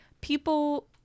people